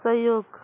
सहयोग